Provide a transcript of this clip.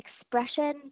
expression